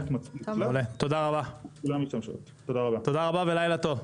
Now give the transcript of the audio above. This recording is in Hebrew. תודה רבה ולילה טוב.